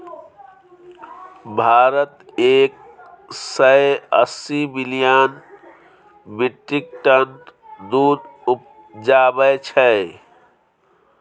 भारत एक सय अस्सी मिलियन मीट्रिक टन दुध उपजाबै छै